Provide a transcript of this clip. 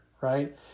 right